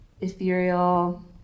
ethereal